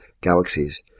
galaxies